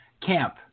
camp